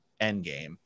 Endgame